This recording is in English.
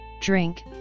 drink